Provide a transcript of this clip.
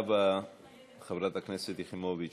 חברת הכנסת יחימוביץ,